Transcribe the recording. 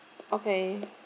okay